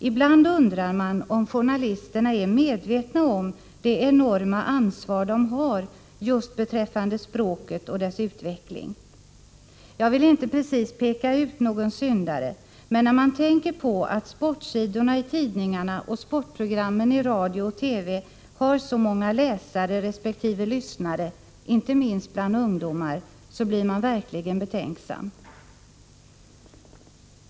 Ibland undrar man om journalisterna är medvetna om det enorma ansvar som de har just beträffande språket och dess utveckling. Jag vill inte precis peka ut någon syndare, men när man tänker på att sportsidorna i tidningarna och sportprogrammen i radio och TV har så många läsare resp. lyssnare, inte minst bland ungdomar, blir man verkligen betänksam.